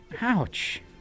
Ouch